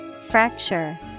Fracture